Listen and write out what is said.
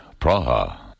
Praha